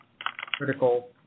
critical